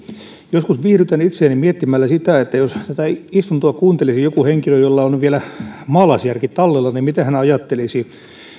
joskus viihdytän itseäni miettimällä sitä että jos tätä istuntoa kuuntelisi joku henkilö jolla on vielä maalaisjärki tallella niin mitä hän ajattelisi